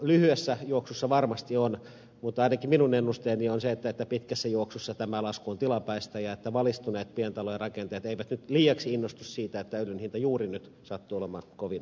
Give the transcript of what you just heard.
lyhyessä juoksussa varmasti on mutta ainakin minun ennusteeni on se että pitkässä juoksussa tämä lasku on tilapäistä ja valistuneet pientalojen rakentajat eivät nyt liiaksi innostu siitä että öljyn hinta juuri nyt sattuu olemaan kovin alhainen